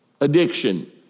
addiction